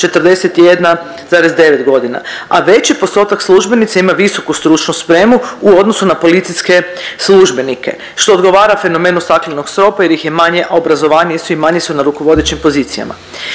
41,9 godina, a veći postotak službenica ima visoku stručnu spremu u odnosu na policijske službenike što odgovara fenomenu staklenog stropa jer ih je manje, a obrazovanije su i manje su na rukovodećim pozicijama.